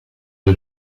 rue